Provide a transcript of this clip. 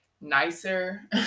nicer